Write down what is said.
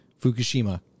Fukushima